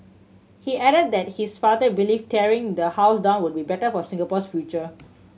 he added that his father believed tearing the house down would be better for Singapore's future